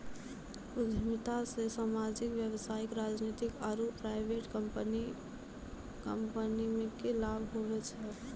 उद्यमिता से सामाजिक व्यवसायिक राजनीतिक आरु प्राइवेट कम्पनीमे लाभ हुवै छै